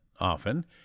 often